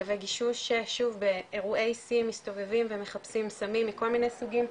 כלבי גישוש ששוב באירועי שיא מסתובבים ומחפשים סמים מכל מיני סוגים,